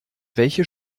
welche